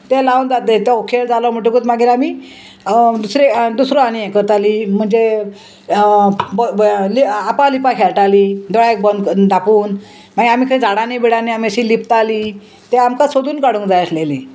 तें लावन जाता तें तो खेळ जालो म्हणटकूच मागीर आमी दुसरें दुसरो आनी हें करतालीं म्हणजे आपालिपा खेळटालीं दोळ्याक बंद धापून मागीर आमी खंय झाडांनी बिडांनी आमी अशी लिपतालीं तें आमकां सोदून काडूंक जाय आसलेलीं